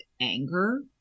anger